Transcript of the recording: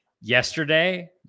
yesterday